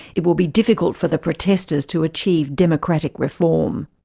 it will be difficult for the protesters to achieve democratic reform.